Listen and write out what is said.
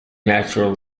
natural